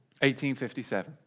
1857